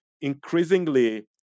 increasingly